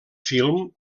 film